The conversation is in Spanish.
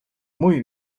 muy